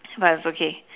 but it's okay